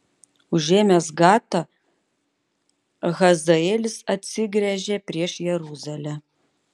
užėmęs gatą hazaelis atsigręžė prieš jeruzalę